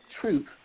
truth